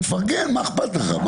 תפרגן, מה אכפת לך.